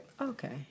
Okay